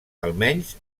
almenys